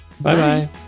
Bye-bye